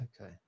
Okay